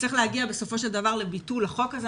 וצריך להגיע בסופו של דבר לביטול החוק הזה.